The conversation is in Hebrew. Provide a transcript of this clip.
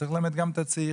וצריך ללמד גם את הצעירים.